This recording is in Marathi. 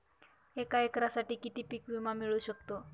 एका एकरसाठी किती पीक विमा मिळू शकतो?